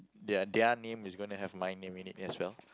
their their name is going to have my name in it as well